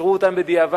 אישרו אותן בדיעבד.